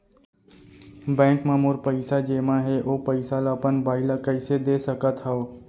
Bank म मोर पइसा जेमा हे, ओ पइसा ला अपन बाई ला कइसे दे सकत हव?